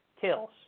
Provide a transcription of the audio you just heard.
kills